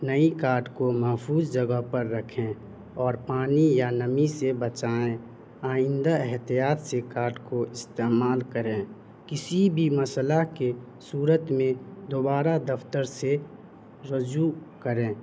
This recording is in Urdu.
نئی کاڈ کو محفوظ جگہ پر رکھیں اور پانی یا نمی سے بچائیں آئندہ احتیاط سے کاڈ کو استعمال کریں کسی بھی مسئلہ کے صورت میں دوبارہ دفتر سے رجوع کریں